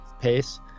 pace